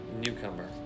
Newcomer